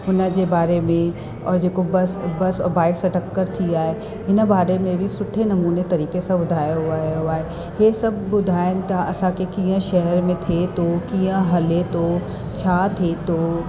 हुनजे बारे में और जेको बस बस बाइक सां टकरु थी आहे इन बारे में बि सुठे नमूने तरीक़े सां ॿुधायो वियो आहे हे सभु ॿुधाइनि था असांखे कीअं शहर में थिए थो कीअं हले थो छा थिए थो